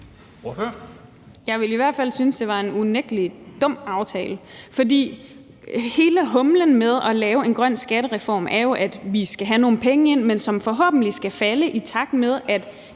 Jeg ville i hvert fald synes, det unægtelig var en dum aftale, for hele humlen i at lave en grøn skattereform er jo, at vi skal have nogle penge ind, men at de forhåbentlig skal falde, i takt med at